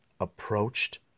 approached